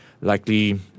likely